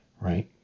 right